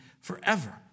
forever